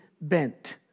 bent